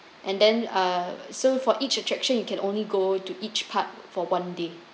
and then uh so for each attraction you can only go to each park for one day